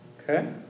Okay